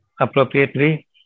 appropriately